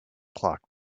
clock